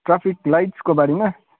traffic लाइट्सकोबारेमा